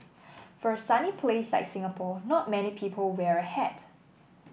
for sunny place like Singapore not many people wear a hat